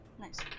nice